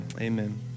Amen